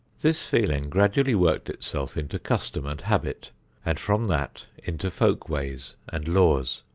this feeling gradually worked itself into custom and habit and from that into folk-ways and laws.